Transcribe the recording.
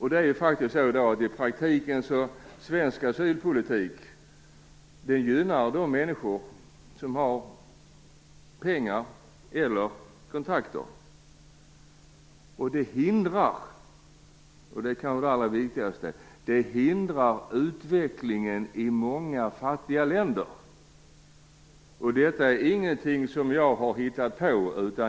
I dag är det faktiskt så att svensk asylpolitik i praktiken gynnar de människor som har pengar eller kontakter. Den hindrar utvecklingen i många fattiga länder, och det är kanske det allra viktigaste. Detta är ingenting som jag har hittat på.